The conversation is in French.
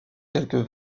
quelques